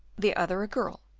the other a girl,